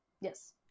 yes